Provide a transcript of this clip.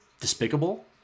despicable